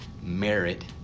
merit